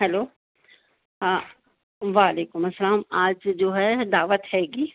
hello ہاں وعلیکم السلام آج جو ہے دعوت رہے گی